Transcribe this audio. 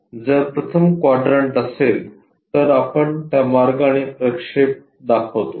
तर जर प्रथम क्वाड्रंट असेल तर आपण त्या मार्गाने ते प्रक्षेप दर्शवितो